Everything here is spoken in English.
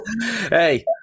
Hey